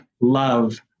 love